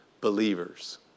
believers